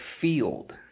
field